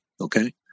okay